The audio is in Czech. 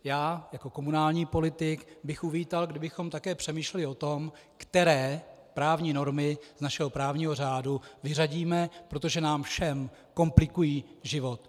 Já jako komunální politik bych uvítal, kdybychom také přemýšleli o tom, které právní normy z našeho právního řádu vyřadíme, protože nám všem komplikují život.